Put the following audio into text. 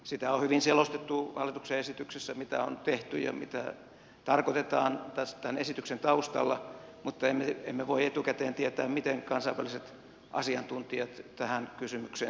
sitä on hyvin selostettu hallituksen esityksessä mitä on tehty ja mitä tarkoitetaan tämän esityksen taustalla mutta emme voi etukäteen tietää miten kansainväliset asiantuntijat tähän kysymykseen suhtautuvat